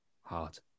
heart